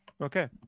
Okay